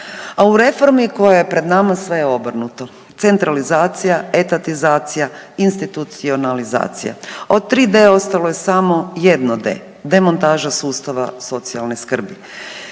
A u reformi koja je pred nama, sve je obrnuto. Centralizacija, etatizacija, institucionalizacija. Od 3D ostalo je samo jedno D. Demontaža sustava socijalne skrbi.